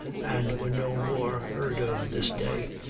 and were no more heard of this day,